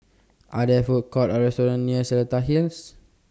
Are There Food Courts Or restaurants near Seletar Hills